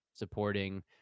Supporting